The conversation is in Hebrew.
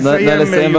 נא לסיים,